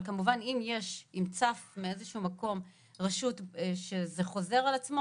אבל אם יש רשות שזה חוזר על עצמה,